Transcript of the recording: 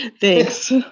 thanks